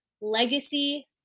Legacy